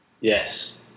Yes